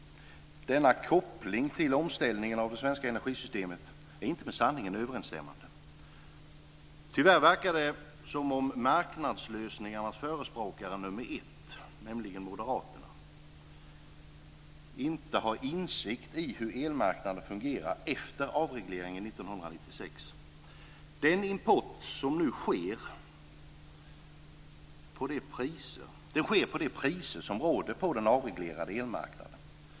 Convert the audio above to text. Denna koppling till omställningen av det svenska energisystemet är inte med sanningen överensstämmande. Tyvärr verkar det som om marknadslösningarnas förespråkare nummer ett, nämligen moderaterna, inte har insikt i hur elmarknaden fungerar efter avregleringen 1996. Importen sker till de priser som råder på den avreglerade elmarknaden.